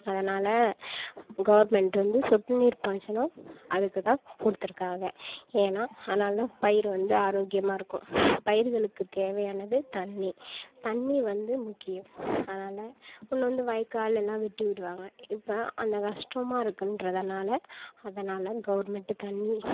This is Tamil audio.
அதனால் கவர்மெண்ட் வந்து சொட்டு நீர் பாசனம் அதுக்கு தான் கொடுத்துருக்காக ஏன்னா அதனால் தான் பயிர் வந்து ஆரோக்கியமாக இருக்கும் பயிர்களுக்குத் தேவையானது தண்ணி தண்ணி வந்து முக்கியம் அதனால் முன்ன வந்து வாய்க்கால் எல்லாம் வெட்டி விடுவாங்க இப்போ அந்த கஷ்டமாக இருக்கின்றதுனால அதனால் கவர்மெண்ட்டு தண்ணி